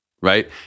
right